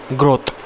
growth